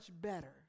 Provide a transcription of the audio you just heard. better